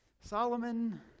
Solomon